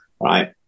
right